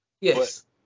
Yes